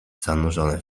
zanurzone